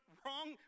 wrong